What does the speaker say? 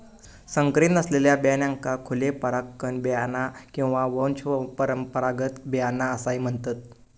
संकरीत नसलेल्या बियाण्यांका खुले परागकण बियाणा किंवा वंशपरंपरागत बियाणा असाही म्हणतत